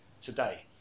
today